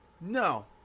No